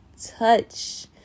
Touch